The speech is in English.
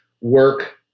work